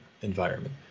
environment